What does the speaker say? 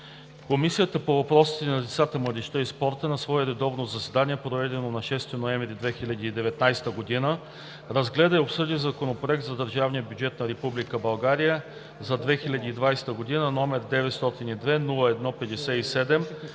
„Комисията по въпросите на децата, младежта и спорта на свое редовно заседание, проведено на 6 ноември 2019 г., разгледа и обсъди Законопроект за държавния бюджет на Република България за 2020 г., № 902-01-57,